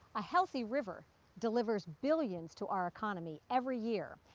a healthy river delivers billions to our economy every year.